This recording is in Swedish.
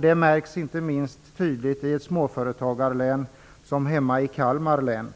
Det märks inte minst tydligt i ett småföretagarlän som hemma i Kalmar län.